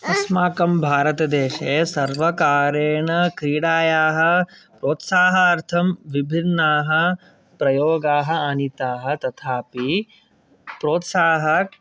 अस्माकं भारतदेशे सर्वकारेण क्रीडायाः प्रोत्साहनार्थं विभिन्नाः प्रयोगाः आनीताः तथापि प्रोत्साहः